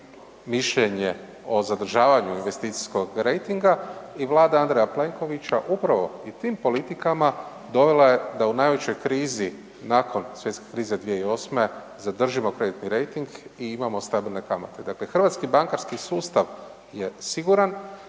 mišljenje o zadržavanju investicijskog rejtinga i vlada Andreja Plenkovića upravo i tim politikama dovela je da u najvećoj krizi nakon svjetske krize 2008. zadržimo kreditni rejting i imamo stabilne kamate. Dakle, hrvatski bankarski sustav je siguran,